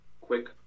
quick